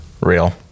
Real